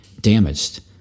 damaged